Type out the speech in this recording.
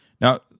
Now